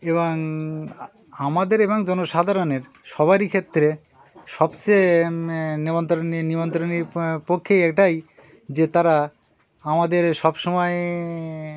এবং আমাদের এবং জনসাধারণের সবারই ক্ষেত্রে সবচেয়ে নিমন্ত্রণ নিমন্ত্রণী পক্ষেই এটাই যে তারা আমাদের সব সময়